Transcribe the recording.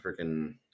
freaking